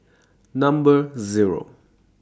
Number Zero